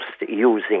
using